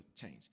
change